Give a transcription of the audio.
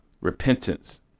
repentance